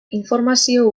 informazio